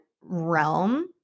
realm